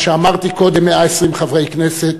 מה שאמרתי קודם לגבי 120 חברי כנסת,